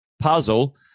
puzzle